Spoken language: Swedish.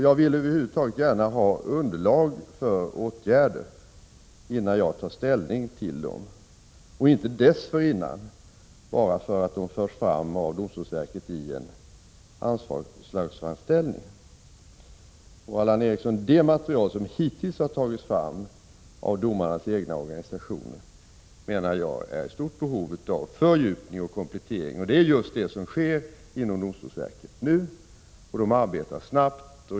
Jag vill över huvud taget gärna ha underlag för åtgärder, innan jag tar ställning till vad som bör göras, i stället för att fatta beslut bara på grundval av vad som förs fram av domstolsverket i en anslagsframställan. Allan Ekström, det material som hittills har tagits fram av domarnas egna organisationer är i stort behov av fördjupning och komplettering, och det är just det som sker inom domstolsverket nu, och där arbetar de snabbt.